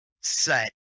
set